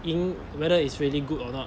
赢 whether is really good or not